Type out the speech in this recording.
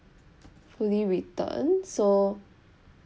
fully return so